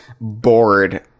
bored